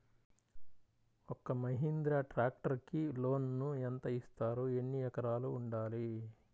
ఒక్క మహీంద్రా ట్రాక్టర్కి లోనును యెంత ఇస్తారు? ఎన్ని ఎకరాలు ఉండాలి?